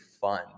fun